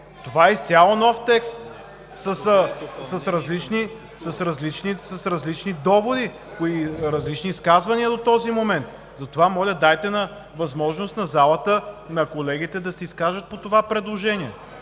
Това е изцяло нов текст с различни доводи и различни изказвания до този момент. Затова, моля, дайте възможност на колегите в залата да се изкажат по това предложение.